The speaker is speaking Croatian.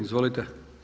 Izvolite.